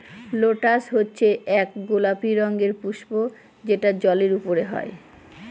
lotus হচ্ছে এক গোলাপি রঙের পুস্প যেটা জলের ওপরে হয়